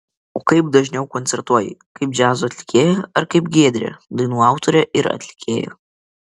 o kaip dažniau koncertuoji kaip džiazo atlikėja ar kaip giedrė dainų autorė ir atlikėja